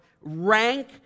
rank